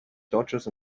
dodges